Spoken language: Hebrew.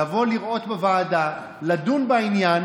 לבוא לראות בוועדה, לדון בעניין.